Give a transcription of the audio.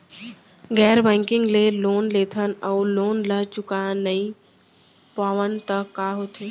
गैर बैंकिंग ले लोन लेथन अऊ लोन ल चुका नहीं पावन त का होथे?